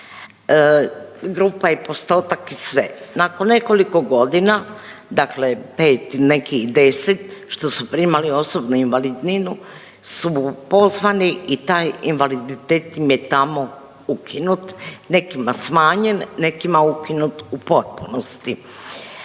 grupa i postotak i sve. Nakon nekoliko godina, dakle neki pet neki 10 što su primali osobnu invalidninu su pozvani i taj invaliditet im je tamo ukinut, nekima smanjen, nekima ukinut u potpunosti.